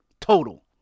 Total